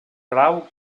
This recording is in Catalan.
grau